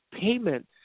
payment